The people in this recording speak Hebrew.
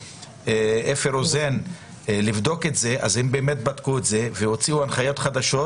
מאפי רוזן לבדוק את זה הם בדקו את זה והוציאו הנחיות חדשות,